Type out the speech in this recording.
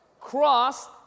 Cross